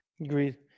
Agreed